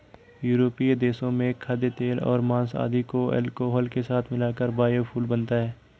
यूरोपीय देशों में खाद्यतेल और माँस आदि को अल्कोहल के साथ मिलाकर बायोफ्यूल बनता है